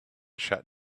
shut